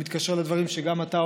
זה מתקשר לדברים שגם אתה,